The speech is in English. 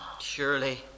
surely